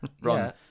Ron